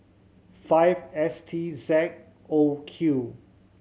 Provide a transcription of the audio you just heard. five S T Z O Q